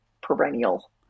perennial